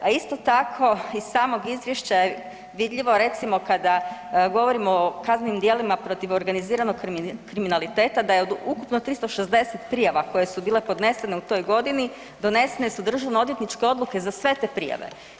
A isto tako iz samog izvješća je vidljivo recimo kada govorimo o kaznenim djelima protiv organiziranog kriminaliteta da je od ukupno 360 prijava koje su bile podnesene u toj godini donesene su državno odvjetničke odluke za sve te prijave.